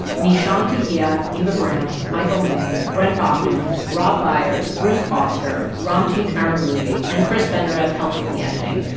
nishant dahiya, neva grant, michael may, brent baughman, rob byers, bruce auster, ramtin arabluei and chris benderev helped with the editing.